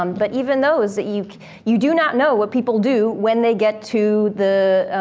um but even those, you you do not know what people do when they get to the,